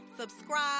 Subscribe